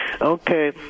Okay